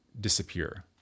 disappear